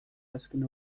azken